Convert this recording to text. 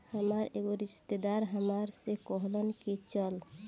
हामार एगो रिस्तेदार हामरा से कहलन की चलऽ